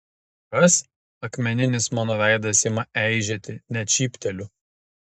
kas akmeninis mano veidas ima eižėti net šypteliu